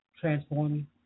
transforming